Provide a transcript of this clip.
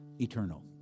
eternal